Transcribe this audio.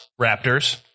Raptors